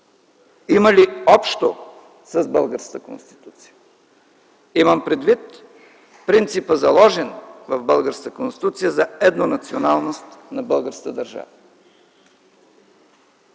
Има ли общо с българската Конституция? Имам предвид принципът, заложен в българската Конституция, за еднонационалност на българската държава.